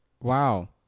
Wow